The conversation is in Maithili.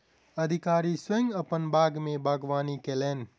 अधिकारी स्वयं अपन बाग में बागवानी कयलैन